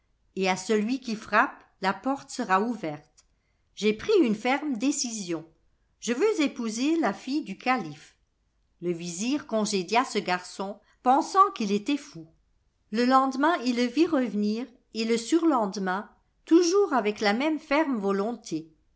et à celui qui frappe la porte sera ouverte j'ai pris une ferme décision je veux épouser la fille du calife le vizir congédia ce garçon pensant qu'il était fou le lendemain il le vit revenir et le surlendemain toujours avec la même ferme volonté